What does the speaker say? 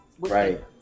Right